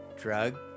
drug